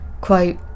quote